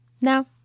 Now